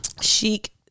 Chic